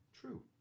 true